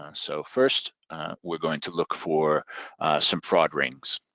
ah so first we're going to look for some fraud rings.